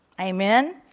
Amen